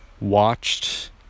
watched